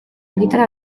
argitara